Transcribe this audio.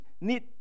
need